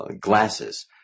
Glasses